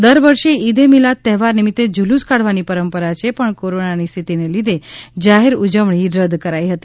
દર વર્ષે ઈદ એ મિલાદ તહેવાર નિમિત્તે ઝૂલૂસ કાઢવાની પરંપરા છે પણ કોરોનાની સ્થિતિને લીધે જાહેર ઉજવણી રદ કરાઈ હતી